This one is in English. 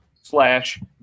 slash